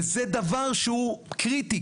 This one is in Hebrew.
וזה דבר שהוא קריטי,